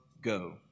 go